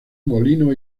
molinos